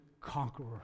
conqueror